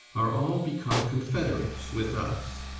are all become confederates with us,